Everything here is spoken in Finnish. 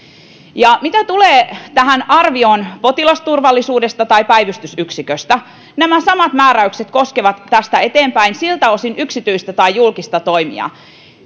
mitä tulee arvioon potilasturvallisuudesta tai päivystysyksiköstä nämä samat määräykset koskevat tästä eteenpäin siltä osin yksityistä ja julkista toimijaa